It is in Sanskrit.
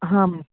हां